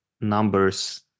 numbers